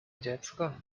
dziecko